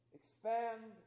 expand